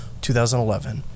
2011